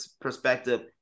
perspective